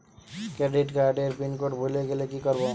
Credit কার্ডের pin code ভুলে গেলে কি করব?